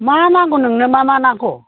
मा नांगौ नोंनो मा मा नांगौ